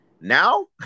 Now